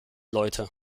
leute